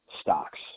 stocks